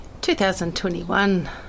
2021